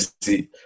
see